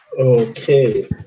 Okay